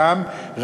רע"ם,